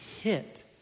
Hit